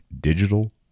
digital